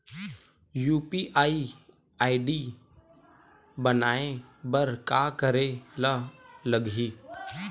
UPI ID बनाये बर का करे ल लगही?